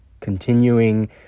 continuing